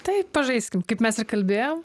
tai pažaiskim kaip mes ir kalbėjom